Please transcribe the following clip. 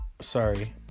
sorry